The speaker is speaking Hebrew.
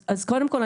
אז, קודם כל,